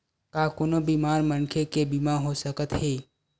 का कोनो बीमार मनखे के बीमा हो सकत हे?